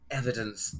evidence